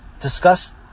discuss